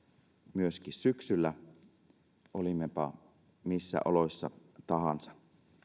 myöskin syksyllä olimmepa missä oloissa tahansa